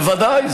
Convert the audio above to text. בוודאי,